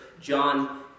John